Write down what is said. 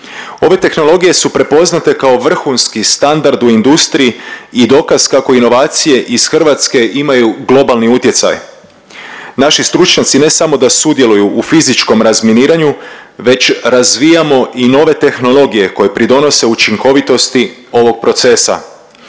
Ove tehnologije su prepoznate kao vrhunski standard u industriji i dokaz kako inovacije iz Hrvatske imaju globalni utjecaj. Naši stručnjaci ne samo da sudjeluju u fizičkom razminiranju već razvijamo i nove tehnologije koje pridonose učinkovitosti ovog procesa.